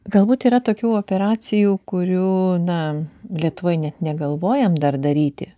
galbūt yra tokių operacijų kurių na lietuvoj net negalvojam dar daryti